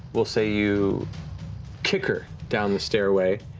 we'll say you kick her down the stairway,